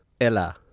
Ella